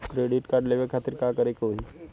Credit card लेवे खातिर का करे के होई?